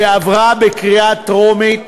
שעברה בקריאה טרומית,